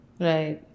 Right